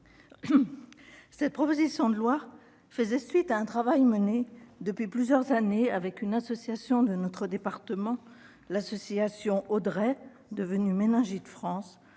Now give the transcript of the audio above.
Notre proposition de loi faisait suite à un travail mené depuis plusieurs années avec une association de notre département, l'Association Audrey, devenue Méningites France,